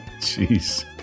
jeez